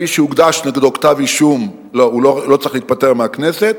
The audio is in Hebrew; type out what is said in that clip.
מי שהוגש נגדו כתב-אישום לא צריך להתפטר מהכנסת,